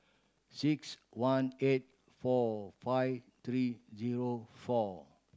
six one eight four five three zero four